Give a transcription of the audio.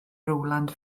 rowland